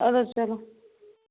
آد حظ چلو